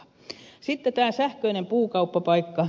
sitten tämä sähköinen puukauppapaikka